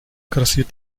grassiert